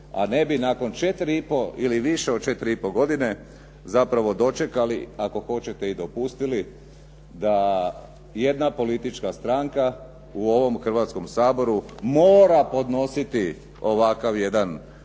a ne bi nakon 4,5 ili više od 4,5 godine zapravo dočekali, ako hoćete i dopustili da jedna politička stranka u ovom Hrvatskom saboru mora podnositi ovakav jedan